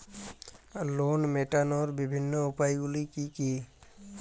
Loan মেটানোর বিভিন্ন উপায়গুলি কী কী?